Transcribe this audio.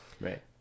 right